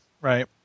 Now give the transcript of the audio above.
Right